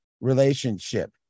relationship